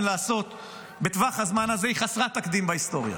לעשות בטווח הזמן הזה היא חסרת תקדים בהיסטוריה,